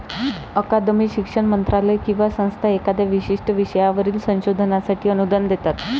अकादमी, शिक्षण मंत्रालय किंवा संस्था एखाद्या विशिष्ट विषयावरील संशोधनासाठी अनुदान देतात